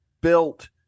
built